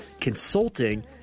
consulting